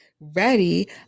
Ready